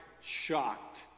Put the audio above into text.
shocked